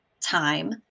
time